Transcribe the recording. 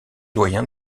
doyen